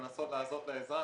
לנסות לעזור.